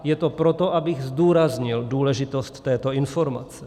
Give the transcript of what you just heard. Je to proto, abych zdůraznil důležitost této informace.